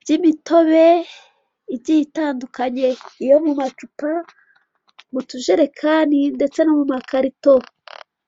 by'imitobe igiye itandukanye igiye itandukanye yo mu macupa, mu tujerekani ndetse no makarito.